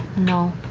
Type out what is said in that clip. no.